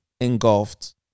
engulfed